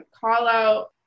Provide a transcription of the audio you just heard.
call-out